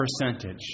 percentage